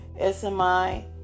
SMI